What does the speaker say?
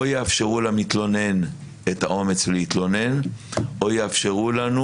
או יאפשרו למתלונן את האומץ להתלונן או יאפשר לנו